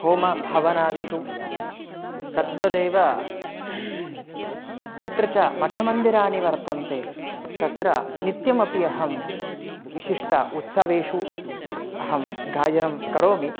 होमहवनादिषु तद्वदेव यत्र च मठमन्दिराणि वर्तन्ते तत्र नित्यमपि अहं विशिष्टः उत्सवेषु अहं गायनं करोमि